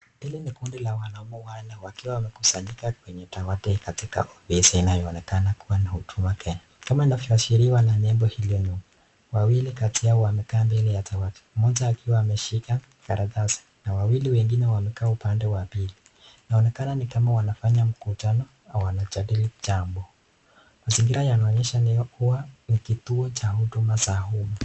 Hili ni kundi la wanaume wanne wakiwa wamekusanyika kwenye dawati katika ofisi inayoonekana kuwa ni huduma Kenya, kama inavyoashiriwa na nembo hilo nyuma. Wawili kati yao wamekaa mbele ya dawati, mmoja akiwa ameshika karatasi na wawili wengine wamekaa upande wa pili, inaonekana ni kama wanafanya mkutano au wanajadili jambo. Mazingira yanaonyesha kuwa ni kituo cha huduma za umma.